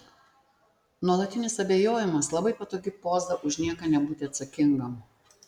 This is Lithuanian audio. nuolatinis abejojimas labai patogi poza už nieką nebūti atsakingam